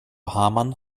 hamann